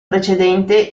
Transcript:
precedente